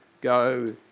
go